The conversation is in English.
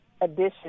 addition